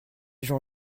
gens